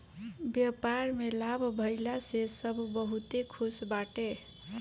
व्यापार में लाभ भइला से सब बहुते खुश बाटे